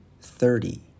thirty